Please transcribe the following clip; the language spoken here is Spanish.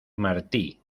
martí